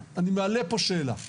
אני מעלה פה שאלה.